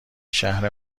شهر